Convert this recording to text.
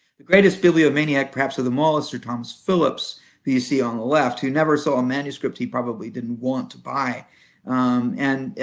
the greatest bibliomaniac perhaps of them all is sir thomas phillips, who you see on the left, who never saw a manuscript he probably didn't want to buy. and